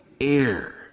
air